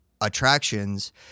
attractions